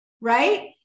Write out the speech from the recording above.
right